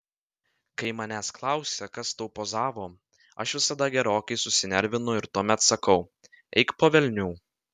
kai manęs klausia kas tau pozavo aš visada gerokai susinervinu ir tuomet sakau eik po velnių